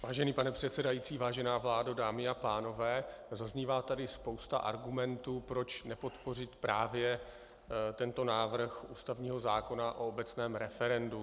Vážený pane předsedající, vážená vládo, dámy a pánové, zaznívá tady spousta argumentů, proč nepodpořit právě tento návrh ústavního zákona o obecném referendu.